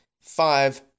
five